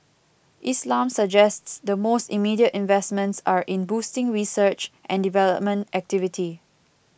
Islam suggests the most immediate investments are in boosting research and development activity